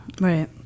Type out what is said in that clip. Right